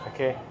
Okay